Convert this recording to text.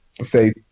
say